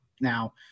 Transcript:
Now